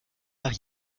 nach